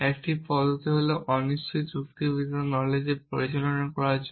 1 পদ্ধতি হল অনিশ্চিত যুক্তিবিদ্যা নলেজ পরিচালনা করার জন্য